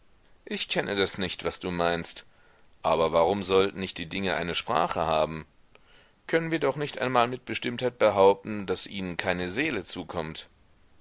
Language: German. ich kenne das nicht was du meinst aber warum sollten nicht die dinge eine sprache haben können wir doch nicht einmal mit bestimmtheit behaupten daß ihnen keine seele zukommt